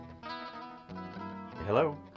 Hello